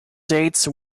dates